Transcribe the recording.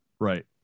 Right